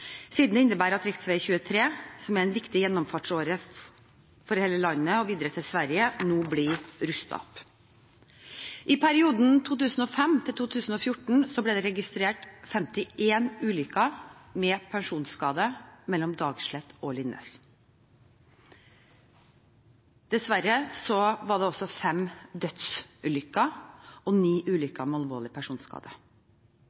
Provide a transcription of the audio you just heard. siden det innebærer at rv. 23, som er en viktig gjennomfartsåre for hele landet og videre til Sverige, nå blir rustet opp. I perioden 2005–2014 ble det registrert 51 ulykker med personskade mellom Dagslett og Linnes. Dessverre var det også fem dødsulykker og ni ulykker med alvorlig personskade.